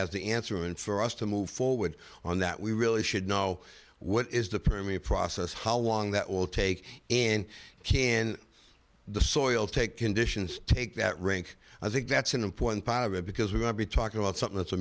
has the answer and for us to move forward on that we really should know what is the permit process how long that will take and can the soil take conditions take that rink i think that's an important part of it because we're going to be talking about something that's a